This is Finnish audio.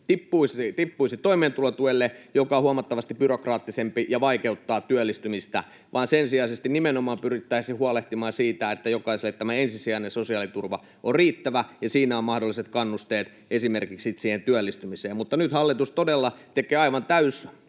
tippuisi toimeentulotuelle, joka on huomattavasti byrokraattisempi ja vaikeuttaa työllistymistä, vaan sen sijaan nimenomaan pyrittäisiin huolehtimaan siitä, että jokaiselle ensisijainen sosiaaliturva on riittävä ja siinä on mahdolliset kannusteet esimerkiksi työllistymiseen. Mutta nyt hallitus todella tekee aivan